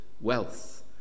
wealth